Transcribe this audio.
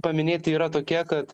paminėti yra tokia kad